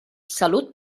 salut